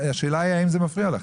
השאלה היא האם זה מפריע לכם.